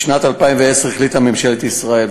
בשנת 2010 החליטה ממשלת ישראל,